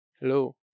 Hello